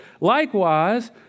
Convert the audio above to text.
likewise